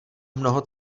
mnoho